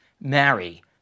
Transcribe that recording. marry